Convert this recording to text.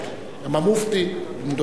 גם המופתי, בן-דודו.